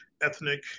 ethnic